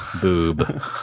boob